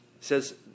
says